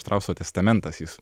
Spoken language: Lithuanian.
štrauso testamentas jis